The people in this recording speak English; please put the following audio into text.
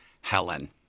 Helen